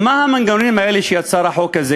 ומה המנגנונים האלה שיצר החוק הזה?